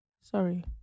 Sorry